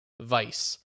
vice